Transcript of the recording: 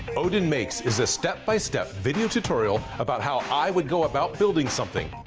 odin makes is a step by step video tutorial, about how i would go about building something.